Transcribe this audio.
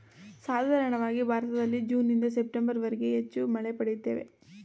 ಸಾಧಾರಣವಾಗಿ ಭಾರತದಲ್ಲಿ ಜೂನ್ನಿಂದ ಸೆಪ್ಟೆಂಬರ್ವರೆಗೆ ಹೆಚ್ಚು ಮಳೆ ಪಡೆಯುತ್ತೇವೆ